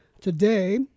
today